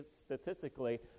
statistically